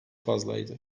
fazlaydı